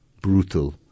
brutal